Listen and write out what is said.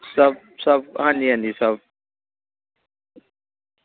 सब सब हां जी हां जी सब